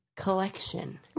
collection